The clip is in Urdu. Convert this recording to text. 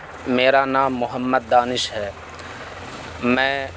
میرا نام محمد دانش ہے میں